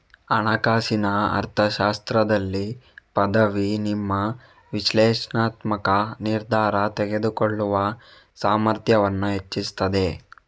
ಹಣಕಾಸಿನ ಅರ್ಥಶಾಸ್ತ್ರದಲ್ಲಿ ಪದವಿ ನಿಮ್ಮ ವಿಶ್ಲೇಷಣಾತ್ಮಕ ನಿರ್ಧಾರ ತೆಗೆದುಕೊಳ್ಳುವ ಸಾಮರ್ಥ್ಯವನ್ನ ಹೆಚ್ಚಿಸ್ತದೆ